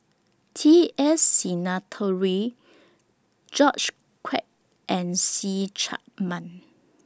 T S Sinnathuray George Quek and See Chak Mun